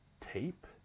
Tape